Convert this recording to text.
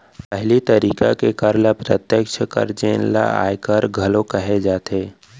पहिली तरिका के कर ल प्रत्यक्छ कर जेन ल आयकर घलोक कहे जाथे